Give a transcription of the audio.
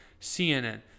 CNN